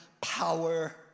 power